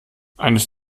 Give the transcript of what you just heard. eines